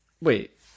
Wait